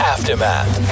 Aftermath